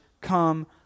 come